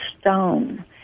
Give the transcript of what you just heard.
stone